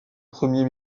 premier